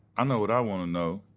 i know what i want to know,